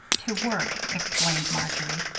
to work, explained marjory.